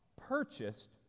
purchased